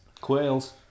Quails